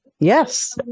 Yes